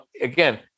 again